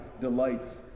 delights